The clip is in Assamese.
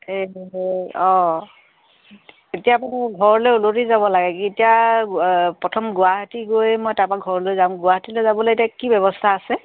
এই অঁ এতিয়া মোৰ ঘৰলৈ উলটি যাবলৈ লাগে এতিয়া প্ৰথম গুৱাহাটী গৈ মই তাপা ঘৰলৈ যাম গুৱাহাটীলৈ যাবলৈ এতিয়া কি ব্যৱস্থা আছে